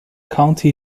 county